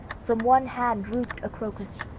from one hand drooped a crocus,